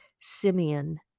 Simeon